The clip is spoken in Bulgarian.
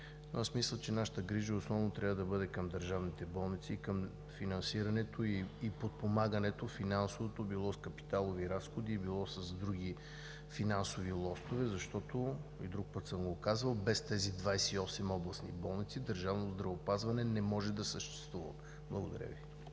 Аз мисля, че нашата грижа основно трябва да бъде към държавните болници и към финансирането и финансовото подпомагане – било с капиталови разходи, било с други финансови лостове, защото и друг път съм го казвал, без тези 28 областни болници държавното здравеопазване не може да съществува. Благодаря Ви.